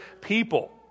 people